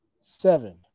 Seven